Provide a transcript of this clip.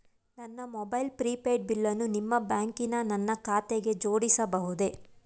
ನನ್ನ mobile prepaid ಬಿಲ್ಲನ್ನು ನಿಮ್ಮ ಬ್ಯಾಂಕಿನ ನನ್ನ ಖಾತೆಗೆ ಜೋಡಿಸಬಹುದೇ?